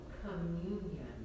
communion